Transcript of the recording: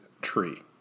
tree